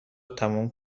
تموم